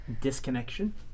Disconnection